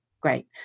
Great